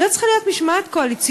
לא צריכה להיות משמעת קואליציונית.